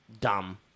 dumb